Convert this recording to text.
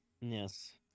Yes